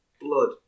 blood